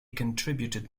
contributed